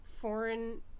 foreign